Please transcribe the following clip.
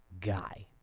guy